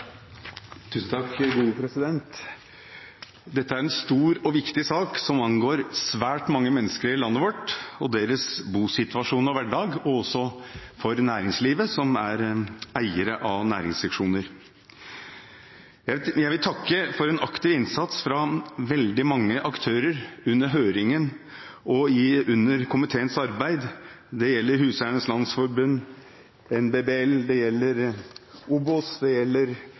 en stor og viktig sak som angår svært mange mennesker i landet vårt og deres bosituasjon og hverdag, og også næringslivet som er eiere av næringsseksjoner. Jeg vil takke for en aktiv innsats fra veldig mange aktører under høringen og under komiteens arbeid. Det gjelder Huseiernes Landsforbund, NBBL – Norske Boligbyggelag – OBOS, Leieboerforeningen og NHO Reiseliv. Oslo bystyre og byrådet har også bidratt, og det